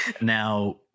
Now